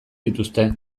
dituzte